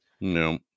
No